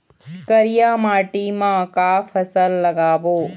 करिया माटी म का फसल लगाबो?